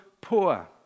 poor